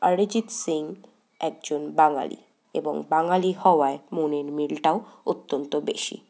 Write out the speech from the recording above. অরিজিৎ সিং একজন বাঙালি এবং বাঙালি হওয়ায় মনের মিলটাও অত্যন্ত বেশি